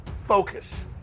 Focus